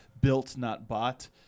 built-not-bought